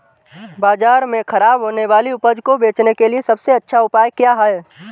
बाज़ार में खराब होने वाली उपज को बेचने के लिए सबसे अच्छा उपाय क्या हैं?